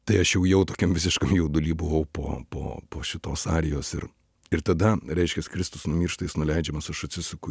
tai aš jau jau tokiam visiškam jauduly buvau po po po šitos arijos ir ir tada reiškias kristus numiršta jis nuleidžiamas aš atsisuku